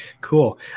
Cool